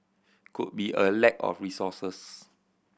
could be a lack of resources